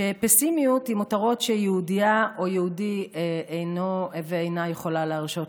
שפסימיות היא מותרות שיהודייה או יהודי אינו ואינה יכולה להרשות לעצמה.